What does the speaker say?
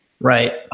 Right